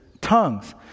tongues